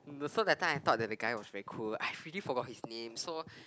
so that time I thought that the guy was very cool I really forgot his name so